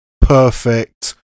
perfect